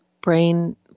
brain